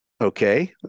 Okay